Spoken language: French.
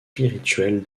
spirituelle